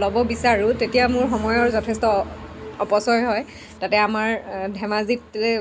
ল'ব বিচাৰোঁ তেতিয়া মোৰ সময়ৰ যথেষ্ট অপচয় হয় তাতে আমাৰ ধেমাজিত এই